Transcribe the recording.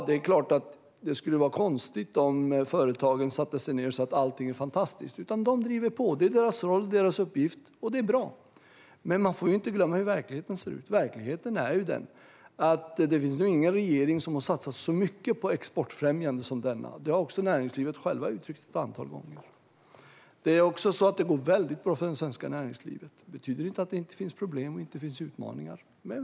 Det skulle vara konstigt om företagen satte sig ned och sa att allting är fantastiskt. De driver på. Det är deras roll och deras uppgift, och det är bra. Men man får inte glömma hur verkligheten ser ut. Verkligheten är den att det nog inte finns någon regering som har satsat så mycket på exportfrämjande som denna. Det har också näringslivet självt uttryckt ett antal gånger. Det går väldigt bra för det svenska näringslivet. Det betyder inte att det inte finns problem och utmaningar.